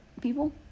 people